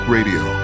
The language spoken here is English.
Radio